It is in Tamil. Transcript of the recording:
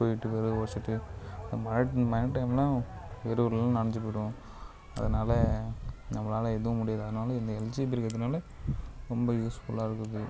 வீட்டுக்கு வர இந்த மழை மழை டைம்லாம் வெறவு எல்லாம் நனஞ்சி போயிவிடும் அதனால் நம்மளால் எதுவும் முடியலைன்னாலும் இந்த எல்ஜிபி இருக்கிறதுனால ரொம்ப யூஸ்ஃபுல்லாக இருக்குது